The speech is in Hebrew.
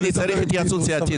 אני צריך התייעצות סיעתית.